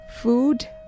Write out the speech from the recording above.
food